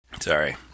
Sorry